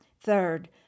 Third